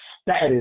status